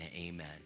Amen